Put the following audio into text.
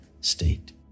state